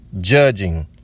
Judging